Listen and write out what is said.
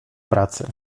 pracy